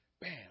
Bam